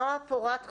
נועה פורת חיים,